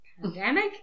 pandemic